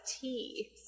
tea